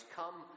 come